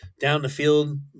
down-the-field